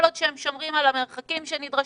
כל עוד הם שומרים על המרחקים שנדרשים,